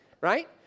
right